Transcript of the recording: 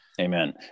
amen